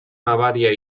nabaria